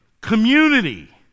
community